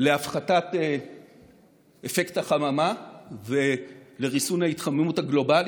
להפחתת אפקט החממה ולריסון ההתחממות הגלובלית.